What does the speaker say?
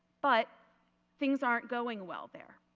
but things aren't going well there.